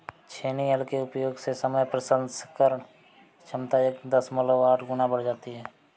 छेनी हल के उपयोग से समय प्रसंस्करण क्षमता एक दशमलव आठ गुना बढ़ जाती है